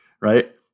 right